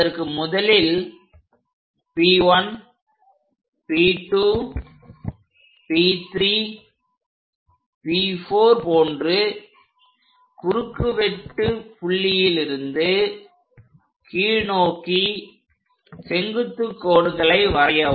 அதற்கு முதலில் P1 P2 P3 P4 போன்ற குறுக்கு வெட்டுப் புள்ளியிலிருந்து கீழ் நோக்கி செங்குத்து கோடுகளை வரையவும்